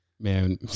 man